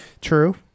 True